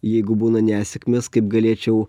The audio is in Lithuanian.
jeigu būna nesėkmės kaip galėčiau